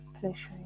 pleasure